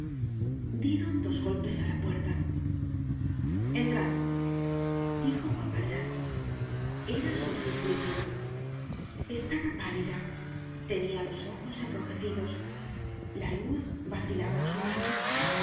dieron dos golpes á la puerta entrad dijo juan valjean era sor simplicia estaba pálida tenia los ojos enrojecidos la luz vacilaba en su mano